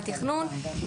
חורג.